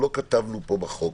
כתבנו בחוק